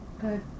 Good